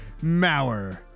Mauer